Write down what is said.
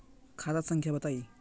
खाता संख्या बताई?